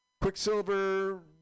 Quicksilver